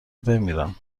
بمیرم